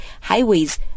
highways